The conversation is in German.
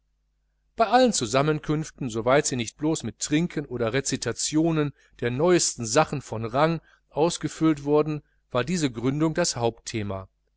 bei allen zusammenkünften soweit sie nicht blos mit trinken oder rezitationen der neuesten sachen von rang ausgefüllt wurden war diese gründung das hauptthema